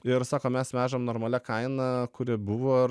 ir sako mes vežam normalia kaina kuri buvo ir